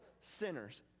sinners